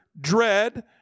dread